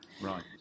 Right